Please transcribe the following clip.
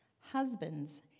Husbands